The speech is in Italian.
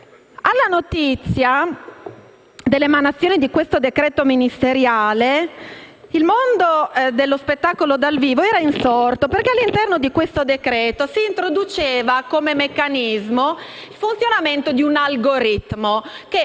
Alla notizia dell'emanazione di questo decreto ministeriale, il mondo dello spettacolo dal vivo era insorto, perché all'interno del provvedimento si introduceva come meccanismo di funzionamento un algoritmo, che